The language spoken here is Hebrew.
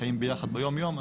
אתם חיים ביחד יום יום,